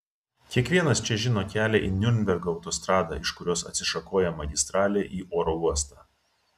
kiekvienas čia žino kelią į niurnbergo autostradą iš kurios atsišakoja magistralė į oro uostą